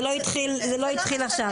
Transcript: זה לא התחיל עכשיו.